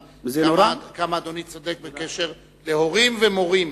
כמה אדוני צודק בקשר להורים ולמורים.